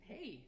Hey